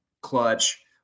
clutch